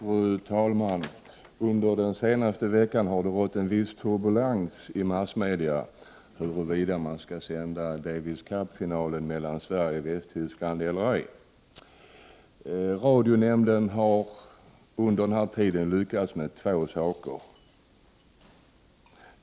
Fru talman! Under den senaste veckan har det rått viss turbulens i massmedia huruvida Davis Cup-finalen mellan Sverige och Västtyskland skall sändas i televisionen eller ej. Radionämnden har under denna tid lyckats med två saker.